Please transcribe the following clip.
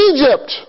Egypt